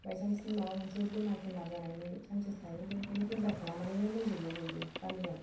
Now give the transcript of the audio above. बायसान्सनि माबा मोनसे बेमार थेमार जानायनि सानसेस थायो बिनिखायनो फिल्टार खालामनानैनो लोंजोबो बयबो गामियाव